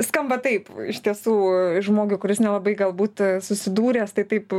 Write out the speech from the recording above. skamba taip iš tiesų žmogui kuris nelabai galbūt susidūręs tai taip